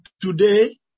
today